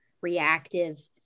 reactive